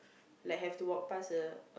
like have to walk past the